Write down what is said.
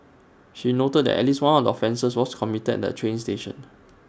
she noted that at least one of the offences was committed at A train station